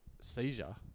seizure